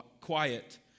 quiet